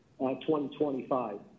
2025